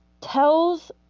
tells